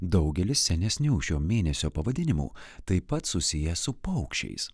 daugelis senesnių šio mėnesio pavadinimų taip pat susiję su paukščiais